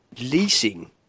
leasing